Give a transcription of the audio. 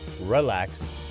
relax